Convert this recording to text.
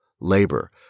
labor